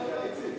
25 חברי כנסת,